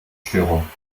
störung